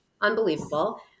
unbelievable